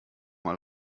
mal